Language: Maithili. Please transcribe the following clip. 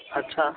अच्छा